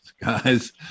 Guys